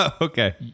Okay